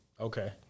Okay